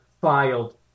filed